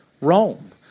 Rome